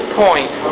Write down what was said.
point